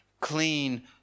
clean